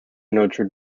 notre